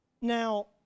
Now